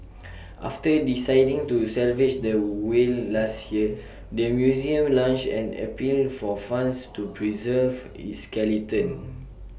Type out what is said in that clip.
after deciding to salvage the whale last year the museum launched an appeal for funds to preserve its skeleton